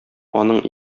аның